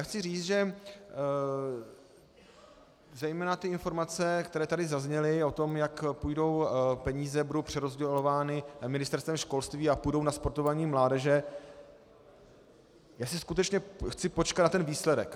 Chci říct, že zejména informace, které tady zazněly, o tom, jak budou peníze přerozdělovány Ministerstvem školství a půjdou na sportování mládeže skutečně si chci počkat na ten výsledek.